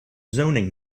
zoning